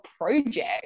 project